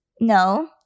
no